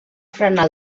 frenar